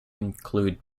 include